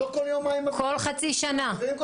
לא כל יום, כל חצי שנה.